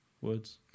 Words